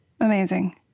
Amazing